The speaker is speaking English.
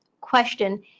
question